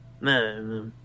No